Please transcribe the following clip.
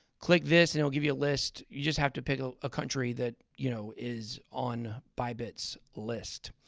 click this and it'll give you a list. you just have to pick ah a country that, you know, is on bybit's list.